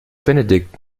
benedikt